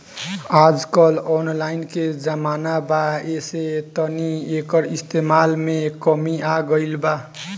आजकल ऑनलाइन के जमाना बा ऐसे तनी एकर इस्तमाल में कमी आ गइल बा